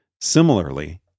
Similarly